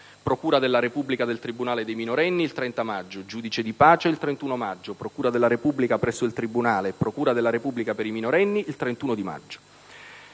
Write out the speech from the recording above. procura della Repubblica presso il tribunale per i minorenni il 30 maggio, giudice di pace il 31 maggio, procura della Repubblica presso il tribunale e procura della Repubblica per i minorenni il 31 maggio.